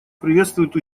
приветствует